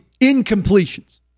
incompletions